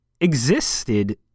existed